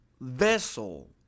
vessel